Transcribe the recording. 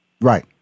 right